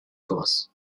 force